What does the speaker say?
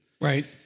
Right